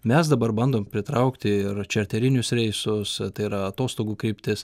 mes dabar bandom pritraukti ir čarterinius reisus tai yra atostogų kryptis